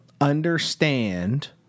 understand